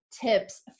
tips